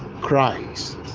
Christ